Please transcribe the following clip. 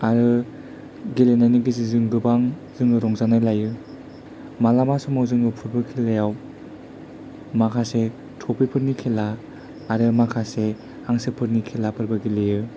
आरो गेलेनायनि गेजेरजों गोबां जोङो रंजानाय लायो मालाबा समाव जोङो फुटटबल खेलायाव माखासे थ्रफि फोरनि खेला आरो माखासे हांसोफोरनि खेलाफोरबो गेलेयो